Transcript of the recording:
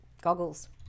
goggles